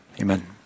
Amen